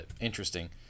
interesting